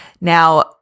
Now